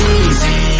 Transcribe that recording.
easy